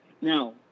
Now